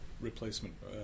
replacement